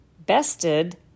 bested